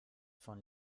von